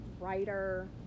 writer